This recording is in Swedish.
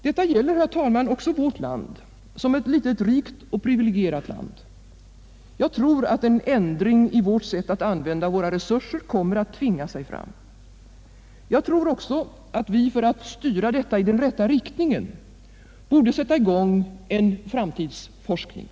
Detta gäller, herr talman, också vårt land som ett litet rikt och privilegierat land. Jag tror att en ändring i vårt sätt att använda våra resurser kommer att tvinga sig fram. Jag tror också att vi, för att styra detta i den rätta riktningen, borde sätta i gång en framtidsforskning.